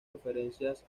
referencias